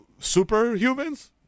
superhumans